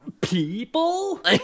People